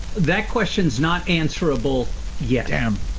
that question's not answerable yet damn